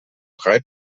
drei